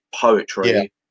poetry